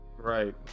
Right